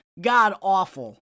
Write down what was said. god-awful